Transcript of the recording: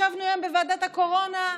ישבנו היום בוועדת הקורונה,